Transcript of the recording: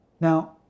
now